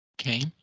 Okay